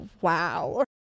wow